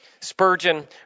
Spurgeon